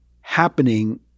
happening